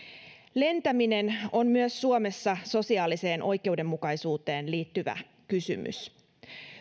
lentäminen on myös suomessa sosiaaliseen oikeudenmukaisuuteen liittyvä kysymys